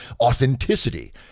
authenticity